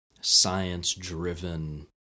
science-driven